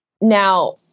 Now